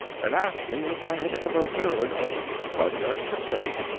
and asked me if i had ever heard of rudyard kipling.